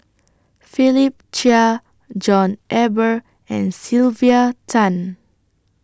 Philip Chia John Eber and Sylvia Tan